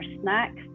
snacks